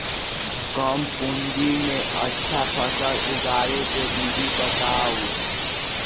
कम पूंजी में अच्छा फसल उगाबे के विधि बताउ?